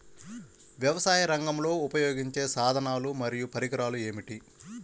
వ్యవసాయరంగంలో ఉపయోగించే సాధనాలు మరియు పరికరాలు ఏమిటీ?